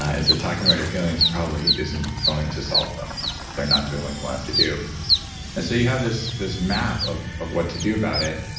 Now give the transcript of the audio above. ah is that talking about your feelings probably isn't going to solve them, if they're not doing what you want them to do. and so you have this this map of of what to do about it.